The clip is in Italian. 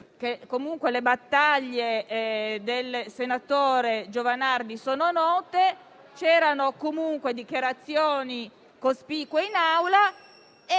comunque, le battaglie del senatore Giovanardi sono note; c'erano comunque dichiarazioni cospicue in Aula.